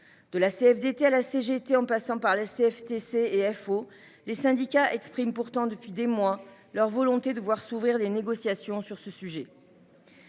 de la CFDT à la CGT en passant par la CFTC et FO, expriment depuis des mois leur volonté de voir s’ouvrir des négociations sur ce sujet.